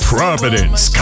Providence